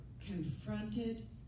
confronted